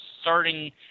Starting